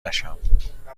نشم